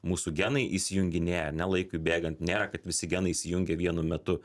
mūsų genai įsijunginėja laikui bėgant nėra kad visi genai įsijungia vienu metu